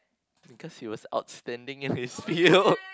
cause he was outstanding in his field